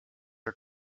are